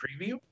preview